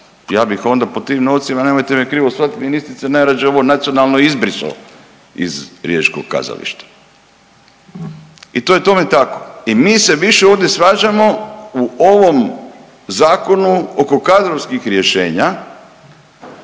Ja bih onda po tim novcima, nemojte me krivo shvatiti ministrice najrađe ovo nacionalno izbrisao iz riječkog kazališta. I to je tome tako. I mi se više ovdje svađamo u ovom zakonu oko kadrovskih rješenja,